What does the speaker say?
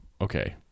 okay